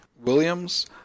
Williams